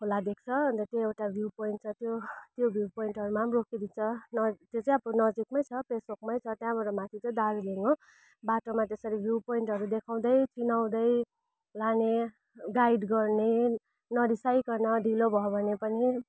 खोला देख्छ अन्त त्यो एउटा भ्यू पोइन्ट छ त्यो त्यो भ्यू पोइन्टहरूमा पनि रोकिदिन्छ न त्यो चाहिँ अब नजिकमै छ पेसोकमै छ त्यहाँबाट माथि चाहिँ दार्जिलिङ हो बाटोमा त्यसरी भ्यू पोइन्टहरू देखाउँदै चिनाउँदै लाने गाइड गर्ने नरिसाइकन ढिलो भयो भने पनि